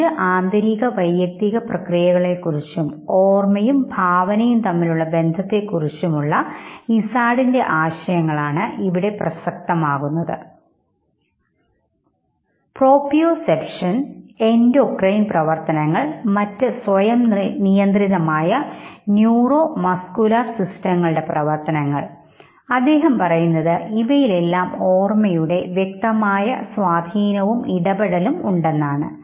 അഞ്ച് ആന്തരിക വൈയക്തിക പ്രക്രിയകളെ കുറിച്ചും ഓർമ്മയും ഭാവനയും തമ്മിലുള്ള ബന്ധത്തെക്കുറിച്ചും ഉള്ള ഇസാർഡ്ൻറെ ആശയങ്ങളാണ് ഇവിടെ പ്രസക്തമാകുന്നത് പ്രോപ്രിയോസെപ്ഷൻ എൻഡോക്രൈൻ പ്രവർത്തനങ്ങൾ മറ്റ് സ്വയം നിയന്ത്രിതമായ ന്യൂറോമസ്കുലർ സിസ്റ്റങ്ങളുടെ പ്രവർത്തനങ്ങൾ അദ്ദേഹം പറയുന്നത് ഇവയിലെല്ലാം ഓർമ്മയുടെ വ്യക്തമായ സ്വാധീനവും ഇടപെടലും ഉണ്ടെന്നാണ്